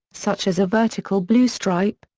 such as a vertical blue stripe,